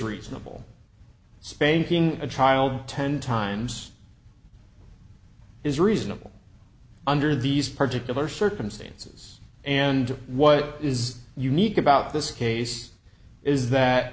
reasonable spanking a child ten times is reasonable under these particular circumstances and what is unique about this case is that